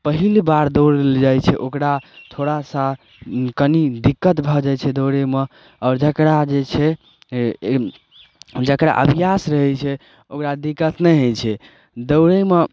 पहिल बेर दौड़य लए जाइ छै ओकरा थोड़ा सा कनी दिक्कत भऽ जाइ छै दौड़यमे आओर जेकरा जे छै जेकरा अभ्यास रहै छै ओकरा दिक्कत नहि होइ छै दौड़यमे